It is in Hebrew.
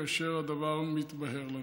כאשר הדבר מתבהר לנו.